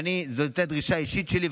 וזאת הייתה דרישה אישית שלי,